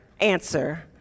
answer